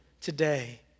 today